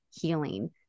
healing